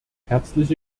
herzliche